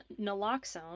naloxone